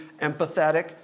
empathetic